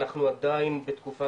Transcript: אנחנו עדיין בתקופה